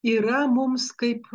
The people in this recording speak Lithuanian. yra mums kaip